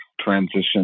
transition